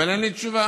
אבל אין לי תשובה,